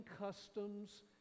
customs